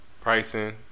pricing